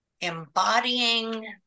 embodying